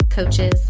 Coaches